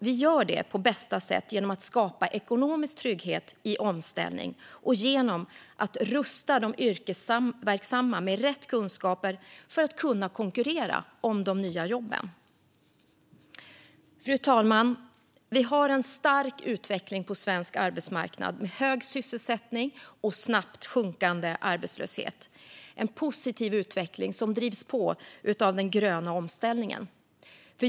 Vi gör det på bästa sätt genom att skapa ekonomisk trygghet i omställning och genom att rusta de yrkesverksamma med rätt kunskaper, för att de ska kunna konkurrera om de nya jobben. Fru talman! Vi har en stark utveckling på svensk arbetsmarknad, med hög sysselsättning och snabbt sjunkande arbetslöshet. Det är en positiv utveckling som drivs på av den gröna omställningen.